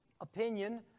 opinion